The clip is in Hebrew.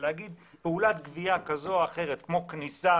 ולהגיד שפעולת גבייה כזו או אחרת כמו כניסה